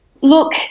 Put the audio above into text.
Look